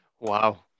wow